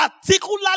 particularly